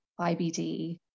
IBD